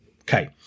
Okay